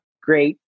great